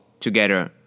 together